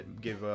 give